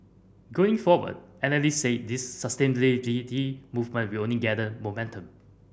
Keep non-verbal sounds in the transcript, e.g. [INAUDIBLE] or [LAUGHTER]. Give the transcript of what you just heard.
going forward analyst said this [UNINTELLIGIBLE] movement will only gather momentum